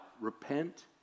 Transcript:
repent